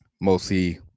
mostly